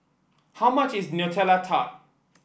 how much is Nutella Tart